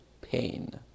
pain